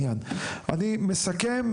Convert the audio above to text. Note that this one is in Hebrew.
אני מסכם.